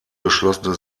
geschlossene